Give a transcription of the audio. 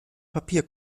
papier